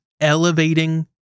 elevating